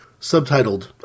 subtitled